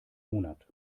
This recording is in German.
monat